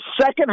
second